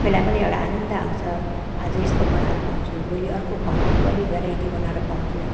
आफैलाई पनि एउटा आनन्द आउँछ आज यस्तो बनाएर खुवाउँछु भोलि अर्को खुवाउँछु अलि भेराइटी बनाएर खुवाउँछु